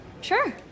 Sure